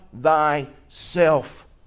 thyself